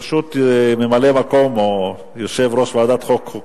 ממלא-מקום יושב-ראש ועדת החוקה,